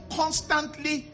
constantly